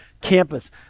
campus